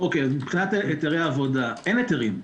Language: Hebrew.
מבחינת היתרי עובדה אין היתרים.